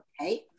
Okay